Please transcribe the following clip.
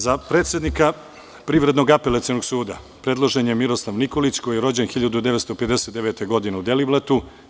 Za predsednika Privrednog apelacionog suda predložen je Miroslav Nikolić, koji je rođen 1959. godine u Deliblatu.